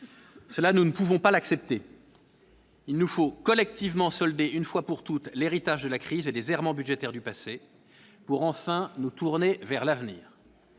cela nous ne pouvons pas l'accepter. Il nous faut collectivement solder une fois pour toutes l'héritage de la crise et les errements budgétaires du passé pour enfin nous tourner vers l'avenir.